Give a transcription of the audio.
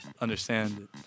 understand